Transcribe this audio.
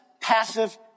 passive